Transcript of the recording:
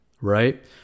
right